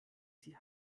sie